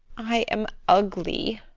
i am ugly!